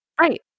Right